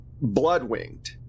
blood-winged